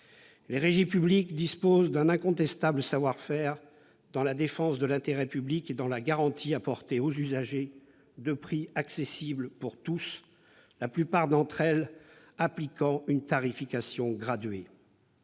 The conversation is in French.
Les régies publiques disposent d'un incontestable savoir-faire dans la défense de l'intérêt public et pour garantir aux usagers des prix accessibles pour tous, la plupart d'entre elles appliquant une tarification graduée.